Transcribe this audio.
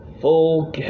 Full